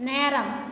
நேரம்